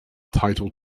title